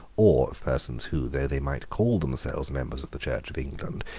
or of persons who, though they might call themselves members of the church of england,